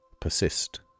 persist